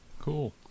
Cool